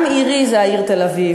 גם עירי זו העיר תל-אביב,